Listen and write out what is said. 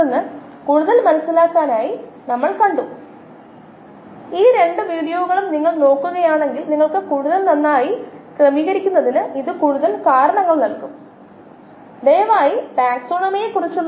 പിന്നെ mu ൽ substrate ഉൽപന്ന സാന്ദ്രത വർദ്ധിപ്പിക്കുന്നതിന് മറ്റ് മോഡലുകൾ ഉണ്ടെന്ന് നമ്മൾ പറഞ്ഞു മോസർ മോഡലും 2 സബ്സ്ട്രേറ്റുകൾ ഒരേസമയം പരിമിതപ്പെടുത്തുമ്പോൾ മോഡൽ ആൻഡ്രൂസും നോക്ക് മോഡലും നമുക്ക് സബ്സ്റ്റേറ്റ് ഇൻഹിബിഷൻ ജെറുസാലിംസ്കി നെറോനോവ എന്നിവരുടെ മാതൃക ഇത് വളർച്ചയെ ഉൽപന്ന നിരോധനത്തിൻറെ ഫലം നൽകുന്നു